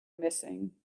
missing